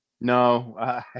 No